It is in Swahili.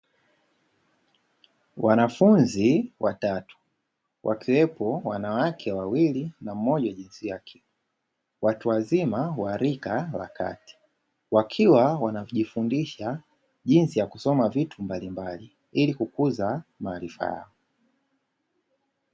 Wanafunzi watatu. Wakiwepo wanawake wawili na mmoja wa jinsia ya ke. Watu wazima wa rika la kati. Wakiwa wanajifundisha jinsi ya kusoma vitu mbalimabli ili kukuza maarifa yao.